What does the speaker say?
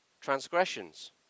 transgressions